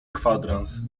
kwadrans